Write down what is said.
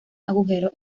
agujeros